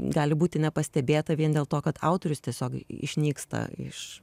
gali būti nepastebėta vien dėl to kad autorius tiesiog išnyksta iš